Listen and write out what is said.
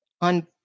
on